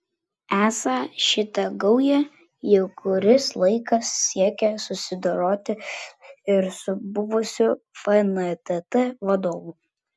esą šita gauja jau kuris laikas siekia susidoroti ir su buvusiu fntt vadovu